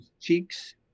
Cheeks